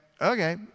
okay